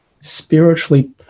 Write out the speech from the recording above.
spiritually